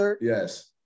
Yes